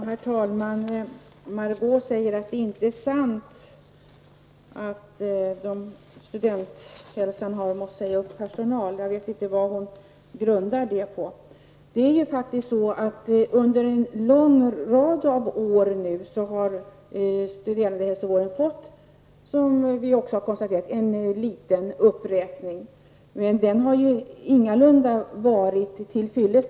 Herr talman! Margó Ingvardsson säger att det inte är sant att Studenthälsan har måst säga upp personal. Jag vet inte vad hon grundar detta sitt påstående på. Under en lång rad år har det när det gäller studerandehälsovården faktiskt skett, vilket ju har konstaterats, en liten uppräkning. Men denna har ingalunda varit till fyllest.